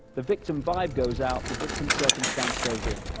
the victim vibe goes out, the victim circumstance goes in.